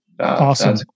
Awesome